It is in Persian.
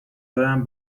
برم